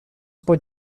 pod